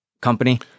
company